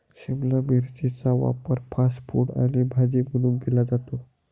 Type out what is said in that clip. शिमला मिरचीचा वापर fast food आणि भाजी म्हणून केला जातो